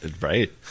Right